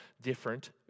different